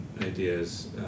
ideas